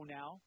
now